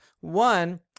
One